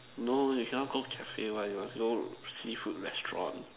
no you cannot go cafe one you must go seafood restaurant